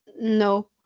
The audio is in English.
no